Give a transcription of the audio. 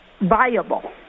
viable